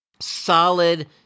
solid